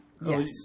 Yes